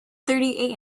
thirty